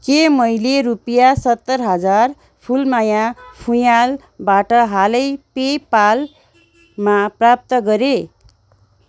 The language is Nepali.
के मैले रुपियाँ सत्तर हजार फुलमाया फुँयालबाट हालै पेपालमा प्राप्त गरेँ